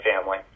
family